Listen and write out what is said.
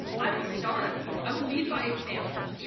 i will start, i will lead by example.